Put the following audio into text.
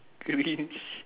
cringe